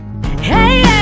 hey